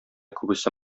күбесе